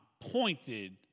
pointed